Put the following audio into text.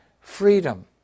freedom